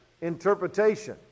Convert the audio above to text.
interpretation